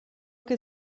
che